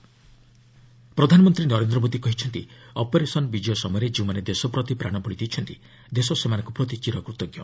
PM Kargil ପ୍ରଧାନମନ୍ତ୍ରୀ ନରେନ୍ଦ୍ର ମୋଦି କହିଛନ୍ତି operation Vijay ସମୟରେ ଯେଉଁମାନେ ଦେଶ ପ୍ରତି ପ୍ରାଣବଳି ଦେଇଛନ୍ତି ଦେଶ ସେମାନଙ୍କ ପ୍ରତି ଚିର କୂତଜ୍ଞ